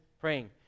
praying